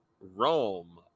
Rome